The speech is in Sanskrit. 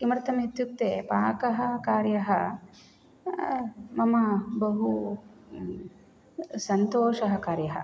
किमर्थम् इत्युक्ते पाककार्यं मम बहु सन्तोषं कार्यं